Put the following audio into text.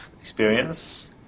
experience